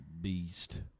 beast